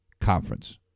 conference